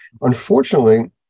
unfortunately